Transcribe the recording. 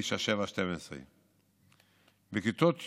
9.7-12. בכיתות י'